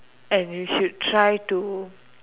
and you should try to